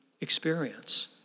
experience